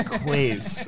quiz